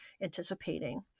anticipating